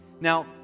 Now